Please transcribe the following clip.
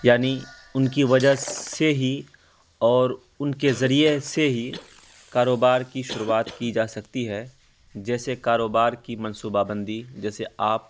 یعنی ان کی وجہ سے ہی اور ان کے ذریعے سے ہی کاروبار کی شروعات کی جا سکتی ہے جیسے کاروبار کی منصوبہ بندی جیسے آپ